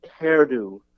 hairdo